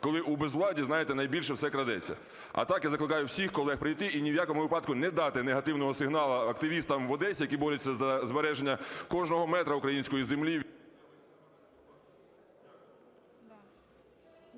Коли у безвладді, знаєте, найбільше все крадеться. А так я закликаю всіх колег прийти і ні в якому випадку не дати негативного сигналу активістам в Одесі, які борються за збереження кожного метра української землі…